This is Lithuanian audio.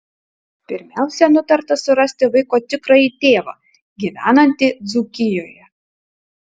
pirmiausia nutarta surasti vaiko tikrąjį tėvą gyvenantį dzūkijoje